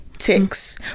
ticks